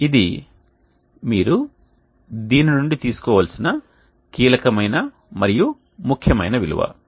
ఇది మీరు దీని నుండి తీసుకోవలసిన కీలకమైన మరియు ముఖ్యమైన విలువ